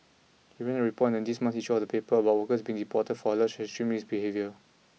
he ran a report in this month's issue of the paper about workers being deported for alleged extremist behaviour